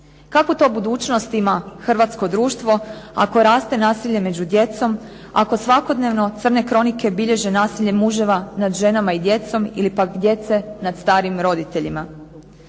Kakvu to budućnost ima hrvatsko društvo ako raste nasilje među djecom, ako svakodnevno crne kronike bilježe nasilje muževa nad ženama i djecom ili pak djece nad starim roditeljima.